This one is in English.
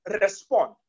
respond